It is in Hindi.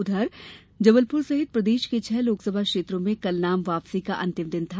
उधर जबलपुर सहित प्रदेश के छह लोकसभा क्षेत्रों में कल नाम वापसी का अंतिम दिन था